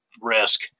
risk